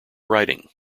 writing